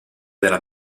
della